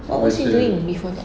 what was he doing before that